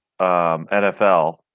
NFL